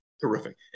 Terrific